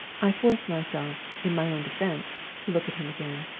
i forced myself, in my own defense, to look at him again.